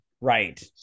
Right